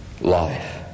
life